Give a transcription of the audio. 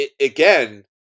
again